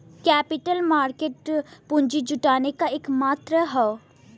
capital market पूंजी जुटाने क एक माध्यम हौ